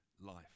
life